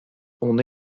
ohne